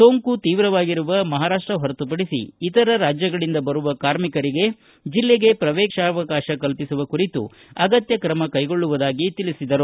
ಸೋಂಕು ತೀವ್ರವಾಗಿರುವ ಮಹಾರಾಷ್ಷ ಹೊರತುಪಡಿಸಿ ಇತರ ರಾಜ್ವಗಳಿಂದ ಬರುವ ಕಾರ್ಮಿಕರಿಗೆ ಜಿಲ್ಲೆಗೆ ಪ್ರವೇಶಾವಕಾಶ ಕಲ್ಪಿಸುವ ಕುರಿತು ಅಗತ್ತ್ವ ಕ್ರಮ ಕೈಗೊಳ್ಳುವುದಾಗಿ ತಿಳಿಸಿದರು